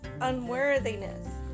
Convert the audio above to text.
unworthiness